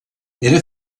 era